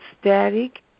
static